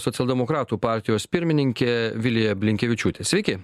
socialdemokratų partijos pirmininkė vilija blinkevičiūtė sveiki